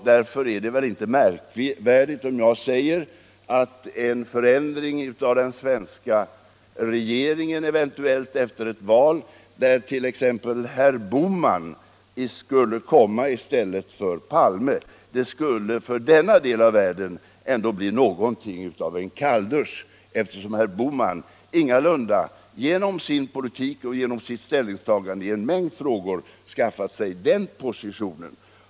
Därför är det inte heller märkvärdigt om jag säger att en eventuell förändring av den svenska regeringen efter stundande val, innebärande att herr Bohman kom i stället för herr Palme, skulle för denna del av världen bli något av en kalldusch eftersom herr Bohman genom sin politik och genom sitt ställningstagande i en mängd frågor ingalunda har skaffat sig den positionen.